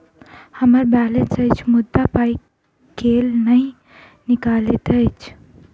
हम्मर बैलेंस अछि मुदा पाई केल नहि निकलैत अछि?